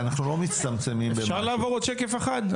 אני רוצה להראות עוד שקף אחד.